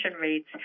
rates